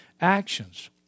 actions